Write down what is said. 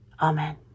Amen